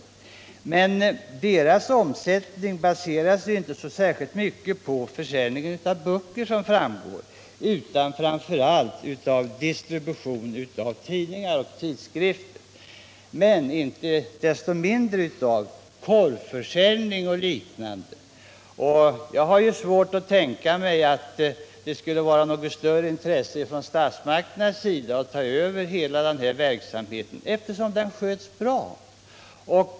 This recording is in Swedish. Pressbyråns omsättning baserar sig inte i någon större utsträckning på försäljning av böcker utan framför allt på distribution av tidningar och tidskrifter, inte minst porrförsäljning och liknande. Jag har svårt att tänka mig att statsmakterna skulle ha något större intresse av att ta över hela denna verksamhet, eftersom den sköts bra.